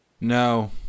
No